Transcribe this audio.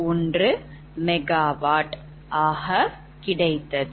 31MW ஆக கிடைத்தது